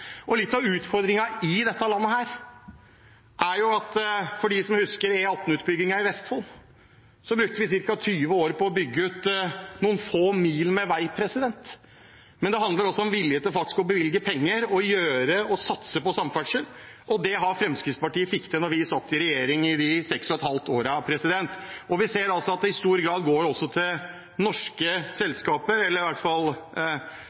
litt av utfordringen i dette landet: For dem som husker E18-utbyggingen i Vestfold, brukte vi ca. 20 år på å bygge ut noen få mil med vei. Men det handler også om vilje til faktisk å bevilge penger og satse på samferdsel. Det fikk Fremskrittspartiet til da vi satt i regjering i de seks og et halvt årene, og vi ser at oppdragene i stor grad også går til norske selskaper, eller i hvert fall